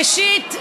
ראשית,